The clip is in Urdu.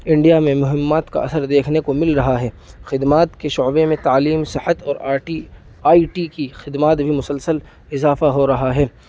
انڈیا میں مہمات کا اثر دیکھنے کو مل رہا ہے خدمات کے شعبے میں تعلیم صحت اور آر ٹی آئی ٹی کی خدمات بھی مسلسل اضافہ ہو رہا ہے